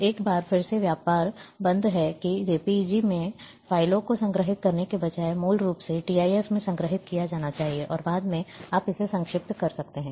तो एक बार फिर से व्यापार बंद है कि JPEG में फ़ाइलों को संग्रहीत करने के बजाय मूल रूप से TIF में संग्रहित किया जाना चाहिए और बाद में आप इसे संक्षिप्त कर सकते हैं